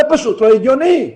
זה פשוט לא הגיוני.